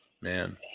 Man